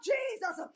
Jesus